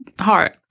hard